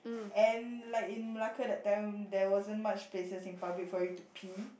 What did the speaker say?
and like in Melaka that time there wasn't much places in public for you to pee